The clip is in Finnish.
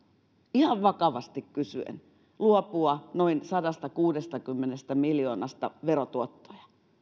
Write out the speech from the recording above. ihan vakavasti kysyen luopua noin sadastakuudestakymmenestä miljoonasta verotuottoja